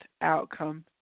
outcome